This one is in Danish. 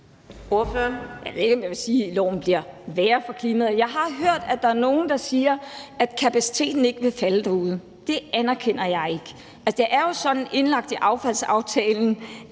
Jeg ved ikke, om jeg vil sige, at det med loven bliver værre for klimaet. Jeg har hørt, at der er nogen, der siger, at kapaciteten ikke vil falde derude. Det anerkender jeg ikke. Altså, det er jo sådan, at der er indlagt i affaldsaftalen,